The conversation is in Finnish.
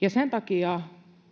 Ja sen takia,